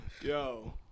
Yo